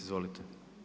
Izvolite.